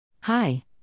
Hi